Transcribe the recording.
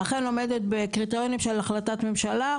אכן עומדת בקריטריונים של החלטת ממשלה,